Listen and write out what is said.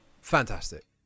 Fantastic